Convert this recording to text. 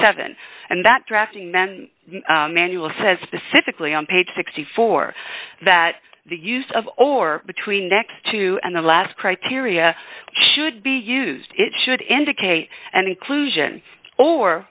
seven and that drafting then manual says specifically on page sixty four that the use of or between next to and the last criteria should be used it should indicate an inclusion or